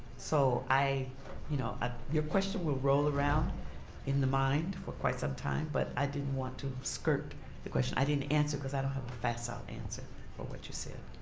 so you know ah your question will roll around in the mind for quite some time. but i didn't want to skirt the question. i didn't answer because i don't have a facile answer for what you said.